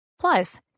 Plus